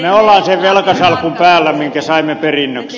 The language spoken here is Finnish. me olemme sen velkasalkun päällä minkä saimme perinnöksi